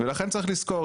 לכן צריך לזכור,